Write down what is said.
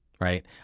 Right